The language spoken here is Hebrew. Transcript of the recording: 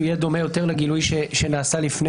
שהוא יהיה דומה יותר לגילוי שנעשה לפני